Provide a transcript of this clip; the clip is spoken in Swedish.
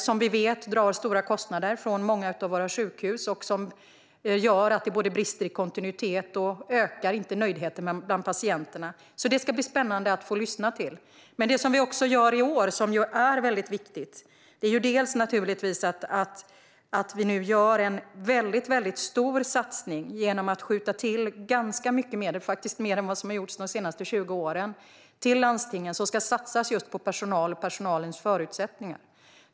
Vi vet att de drar stora kostnader från många av sjukhusen. Det gör att det blir brister i kontinuiteten och att nöjdheten bland patienterna inte ökar. Det ska bli spännande att lyssna till allt detta. Väldigt viktigt i år är naturligtvis också att vi gör en väldigt stor satsning då vi skjuter till mycket medel - faktiskt mer än vad som har gjorts under de senaste 20 åren - till landstingen, och dessa ska satsas på personalen och personalens förutsättningar.